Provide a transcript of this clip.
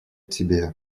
тебе